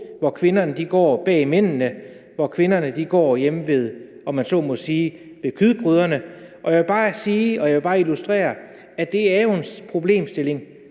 hvor kvinderne går bag mændene, og hvor kvinderne går hjemme ved, om man så må sige, kødgryderne, og jeg vil bare sige og illustrere, at det jo er en problemstilling,